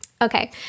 Okay